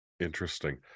Interesting